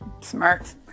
Smart